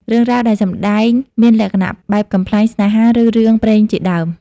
រឿងរ៉ាវដែលសម្តែងមានលក្ខណៈបែបកំប្លែង ស្នេហា ឬរឿងព្រេងជាដើម។